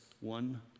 one